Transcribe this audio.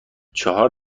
چهار